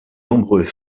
nombreux